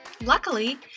Luckily